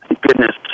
goodness